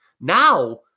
Now